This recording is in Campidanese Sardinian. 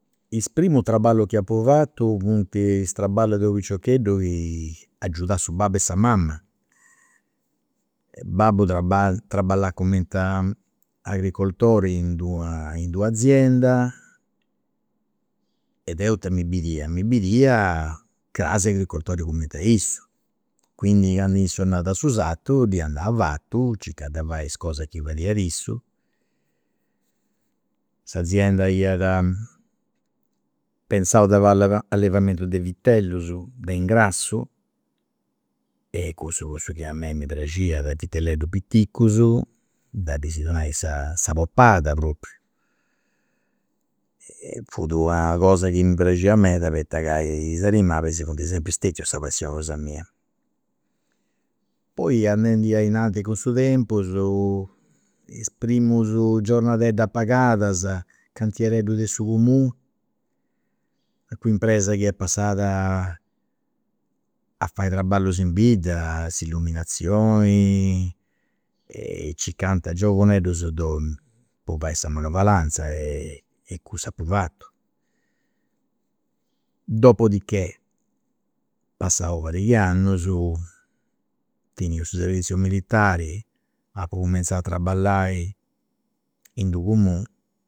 Is primus traballus chi apu fatu funt is traballus de u' piciocheddu chi agiudà su babbu e sa mama. Babbu traballat cumenti agricoltori in d'una azienda e deu ita mi bidia, mi bidia crsi agricoltori cumenti a issu. Quindi candu issu andat a su sartu ddi andà avatu, circà de fai is cosas chi fadiat issu. S'azienda iat de fai allevamentu de vitellus de ingrassu e cussu fut cussu chi a mei mi praxiat, vitelleddus piticcus, de ddis donai sa poppada propriu. fut una cosa chi mi praxiat meda poita ca is animalis funt sempri stetius sa passioni cosa mia. Poi andendu a innantis cun su tempus is primus giornadeddas pagadas, cantiereddu de su comunu, u'impresa chi est passat a fai traballus in bidda, s'illuminatzioni, e circant giovuneddus po fai sa manovalanza e cussu apu fatu. Dopo di che passaus una pariga 'e annus teniu su serviziu militari, apu cumenzau a traballai in d'u' comunu